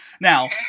now